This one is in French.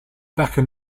parc